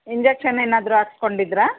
injection ಏನಾದರು ಹಾಕ್ಸ್ಕೊಂಡಿದ್ರಾ